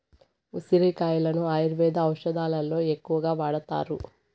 ఉసిరి కాయలను ఆయుర్వేద ఔషదాలలో ఎక్కువగా వాడతారు